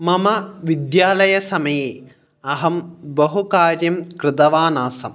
मम विद्यालयसमये अहं बहु कार्यं कृतवानासं